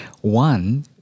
One